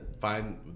find